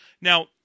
Now